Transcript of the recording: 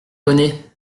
connais